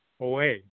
away